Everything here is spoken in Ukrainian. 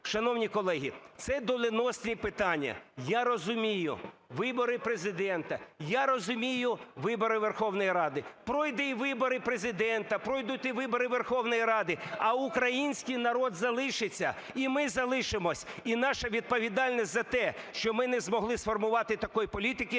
Шановні колеги! Це доленосні питання, я розумію – вибори Президента, я розумію – вибори Верховної Ради. Пройдуть і вибори Президента, пройдуть і вибори Верховної Ради, а український народ залишиться, і ми залишимось, і наша відповідальність за те, що ми не змогли сформувати такої політики,